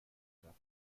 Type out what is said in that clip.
kraft